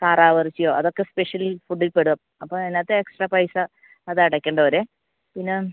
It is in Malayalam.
താറാവിറച്ചിയോ അതൊക്കെ സ്പെഷ്യൽ ഫുഡിൽ പെടും അപ്പം അതിനകത്ത് എക്സ്ട്രാ പൈസ അത് അടയ്ക്കേണ്ടി വരുമേ പിന്നെ